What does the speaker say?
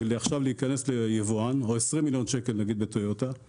להיכנס כיבואן או 20 מיליון שקל נגיד בטויוטה,